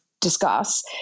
discuss